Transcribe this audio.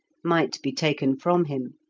might be taken from him.